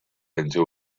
into